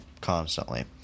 constantly